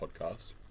podcast